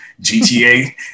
GTA